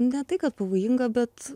ne tai kad pavojinga bet